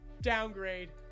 Downgrade